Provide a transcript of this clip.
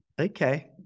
okay